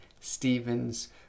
Stephen's